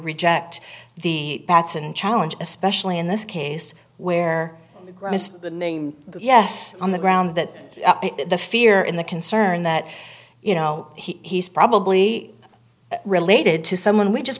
reject the bats and challenge especially in this case where the name yes on the ground that the fear in the concern that you know he's probably related to someone we just